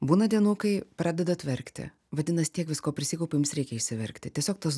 būna dienų kai pradedat verkti vadinas tiek visko prisikaupė jums reikia išsiverkti tiesiog tas